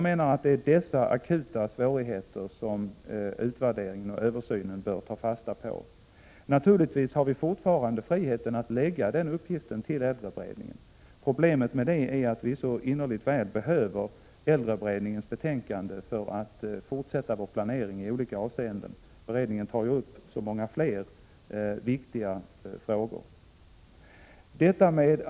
Det är dessa akuta svårigheter som utvärderingen och översynen bör ta fasta på. Naturligtvis har vi fortfarande frihet att lägga den Prot. 1986/87:104 uppgiften på äldreberedningen. Problemet är bara att vi så innerligt väl behöver äldreberedningens betänkande för att fortsätta vår planering i olika avseenden. Beredningen tar ju upp så många fler viktiga frågor.